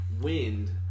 wind